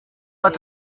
pas